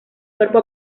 cuerpo